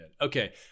Okay